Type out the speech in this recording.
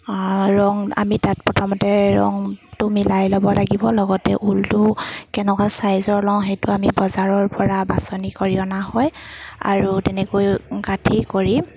ৰং আমি তাত প্ৰথমতে ৰংটো মিলাই ল'ব লাগিব লগতে ঊলটো কেনেকুৱা চাইজৰ লওঁ সেইটো আমি বজাৰৰ পৰা বাছনি কৰি অনা হয় আৰু তেনেকৈ কাটি কৰি